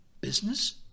business